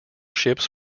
ships